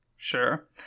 Sure